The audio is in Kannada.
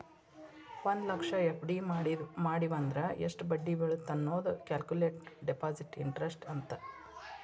ಒಂದ್ ಲಕ್ಷ ಎಫ್.ಡಿ ಮಡಿವಂದ್ರ ಎಷ್ಟ್ ಬಡ್ಡಿ ಬೇಳತ್ತ ಅನ್ನೋದ ಕ್ಯಾಲ್ಕುಲೆಟ್ ಡೆಪಾಸಿಟ್ ಇಂಟರೆಸ್ಟ್ ಅಂತ